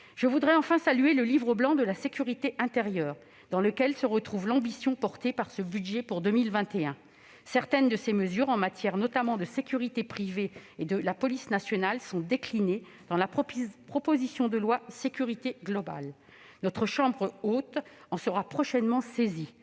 ? Pour finir, je salue le Livre blanc de la sécurité intérieure, dans lequel se retrouve l'ambition de ce budget pour 2021. Certaines de ses mesures, en matière notamment de sécurité privée et de police municipale, sont déclinées dans la proposition de loi relative à la sécurité globale. La Haute Assemblée en sera prochainement saisie